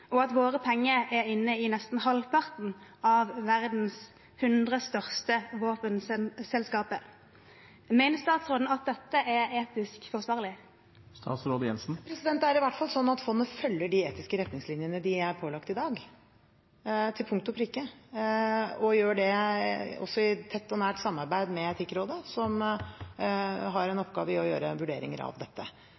og at våre penger er inne i nesten halvparten av verdens hundre største våpenselskaper. Mener statsråden at dette er etisk forsvarlig? Det er i hvert fall sånn at fondet følger de etiske retningslinjene de er pålagt i dag – til punkt og prikke – og gjør det i tett og nært samarbeid med Etikkrådet, som har en